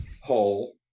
hole